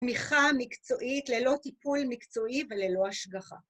תמיכה מקצועית, ללא טיפול מקצועי וללא השגחה.